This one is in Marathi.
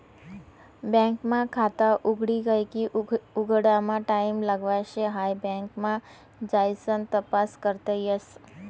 बँक मा खात उघडी गये की उघडामा टाईम लागाव शे हाई बँक मा जाइसन तपास करता येस